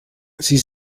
sie